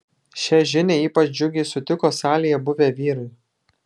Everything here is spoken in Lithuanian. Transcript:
šią žinią ypač džiugiai sutiko salėje buvę vyrai